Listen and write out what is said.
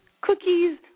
cookies